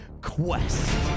Quest